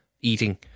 eating